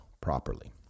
properly